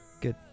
good